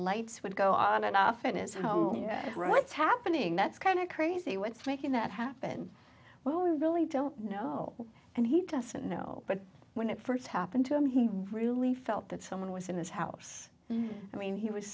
lights would go on and often is right it's happening that's kind of crazy what's making that happen well we really don't know and he doesn't know but when it first happened to him he really felt that someone was in his house i mean he was